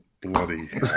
bloody